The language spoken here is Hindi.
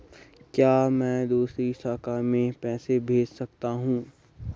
क्या मैं दूसरी शाखा में पैसे भेज सकता हूँ?